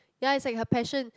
ya is like her passion